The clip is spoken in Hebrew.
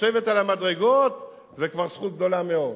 לשבת על המדרגות זה כבר זכות גדולה מאוד.